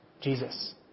Jesus